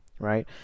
right